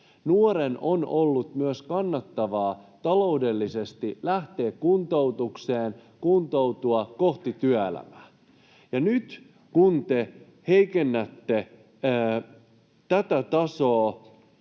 Nuoren on ollut myös kannattavaa taloudellisesti lähteä kuntoutukseen, kuntoutua kohti työelämää. Nyt kun te heikennätte tätä tasoa,